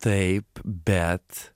taip bet